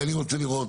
אני רוצה לראות.